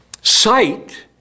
sight